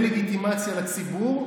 דה-לגיטימציה לציבור.